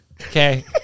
Okay